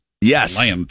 yes